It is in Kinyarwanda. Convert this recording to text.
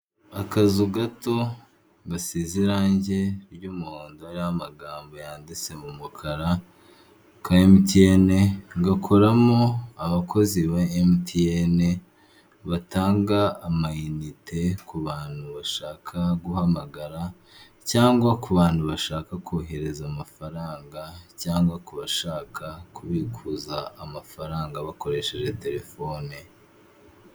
Akazu gato ngasize irangi ry'umuhondo hariho amagambo yanditse mu mukara ka emutiyene, gakuramo abakozi ba emutiyene batanga amayinite ku bantu bashaka guhamagara cyangwa kubantu bashaka kohereza amafaranga cyangwa kubashaka kubikuza amafaranga bakoresheje telefone.